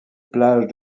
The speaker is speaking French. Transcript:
plage